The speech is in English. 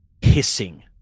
hissing